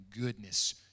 goodness